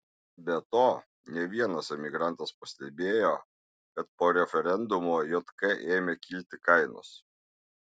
be to ne vienas emigrantas pastebėjo kad po referendumo jk ėmė kilti kainos